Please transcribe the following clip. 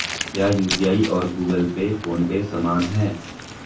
क्या यू.पी.आई और Google Pay PhonePe समान हैं?